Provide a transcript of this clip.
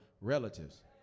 Relatives